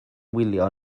wylio